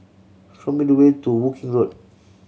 show me the way to Woking Road